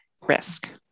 risk